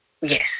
yes